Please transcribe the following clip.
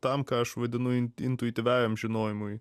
tam ką aš vadinu intuityviajam žinojimui